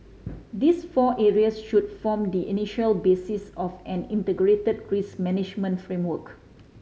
these four areas should form the initial basis of an integrated risk management framework